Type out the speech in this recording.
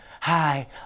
Hi